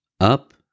up